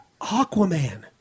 Aquaman